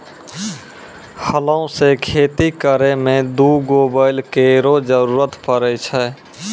हलो सें खेती करै में दू गो बैल केरो जरूरत पड़ै छै